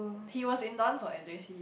he was in dance [what] in J_C